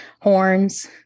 horns